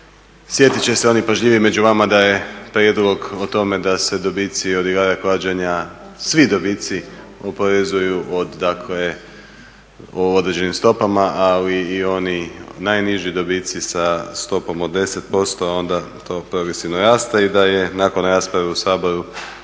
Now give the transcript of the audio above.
Sjetit će se oni pažljiviji među vama da je prijedlog o tome da se dobici od igara klađenja, svi dobici oporezuju od određenim stopama, ali i oni najniži dobici sa stopom od 10%, a onda to progresivno raste i da je nakon rasprave u Saboru